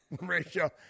ratio